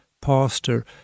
pastor